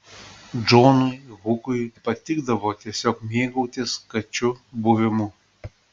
džonui hukui patikdavo tiesiog mėgautis kačių buvimu